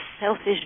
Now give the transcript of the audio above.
selfish